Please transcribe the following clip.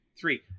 three